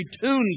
tunes